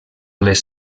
les